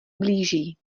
blíží